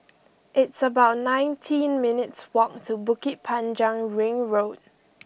it's about nineteen minutes' walk to Bukit Panjang Ring Road